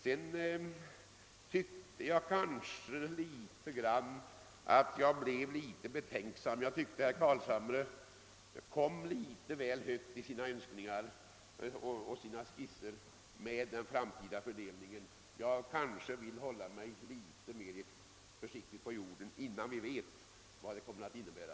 Jag tyckte kanske att herr Carlsham re kom väl högt i sina önskningar och i sina skisser angående den framtida fördelningen. Jag vill litet mer försiktigt hålla mig på jorden innan vi vet vad detta kommer att innebära.